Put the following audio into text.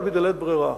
אבל בדלית ברירה,